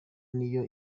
niyo